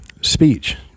speech